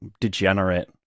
degenerate